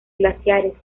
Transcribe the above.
glaciares